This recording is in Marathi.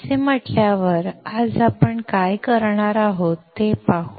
असे म्हटल्यावर आज आपण काय करणार आहोत ते पाहू